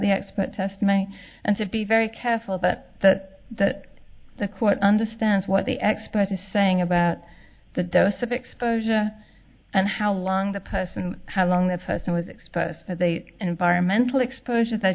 the expert testimony and to be very careful but that the court understands what the expert is saying about the dose of exposure and how long the person how long the person was exposed to the environmental exposure that